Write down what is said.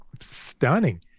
stunning